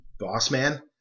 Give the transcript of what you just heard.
Bossman